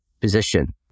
position